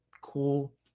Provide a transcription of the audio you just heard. Cool